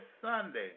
Sunday